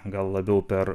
gal labiau per